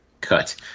cut